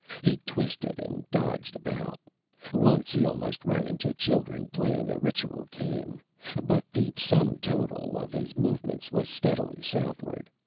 he twisted and dodged about once he almost ran into children playing a ritual game but the sum total of his movements was steadily southward.